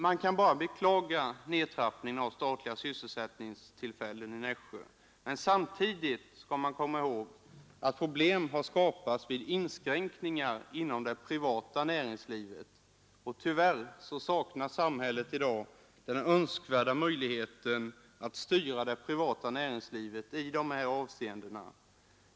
Man kan bara beklaga nedtrappningen av statliga sysselsättningstillfällen i Nässjö. Men samtidigt skall man komma ihåg att problem har skapats vid inskränkningar inom det privata näringslivet. Tyvärr saknar samhället i dag den önskvärda möjligheten att styra det privata näringslivet i dessa avseenden.